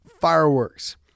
fireworks